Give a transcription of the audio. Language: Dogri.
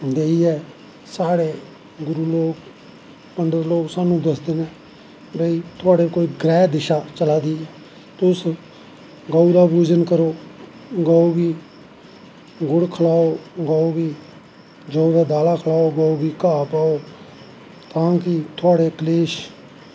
देईयै साढ़े गुरु लोग पंडत लोग साह्नू दसदे न कि तोहाड़े कोई ग्रैह् दिशा चला दी ऐ तुस गौ दा पूज़न करो गौ गी गुड़ खलाओ गौ गी जौ दा दाला खलाओ गौ गी घा पाओ ताकि थहाड़े क्लेश